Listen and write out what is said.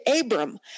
Abram